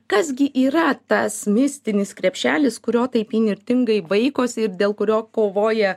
kas gi yra tas mistinis krepšelis kurio taip įnirtingai vaikosi ir dėl kurio kovoja